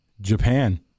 Japan